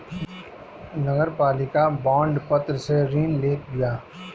नगरपालिका बांड पत्र से ऋण लेत बिया